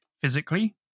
physically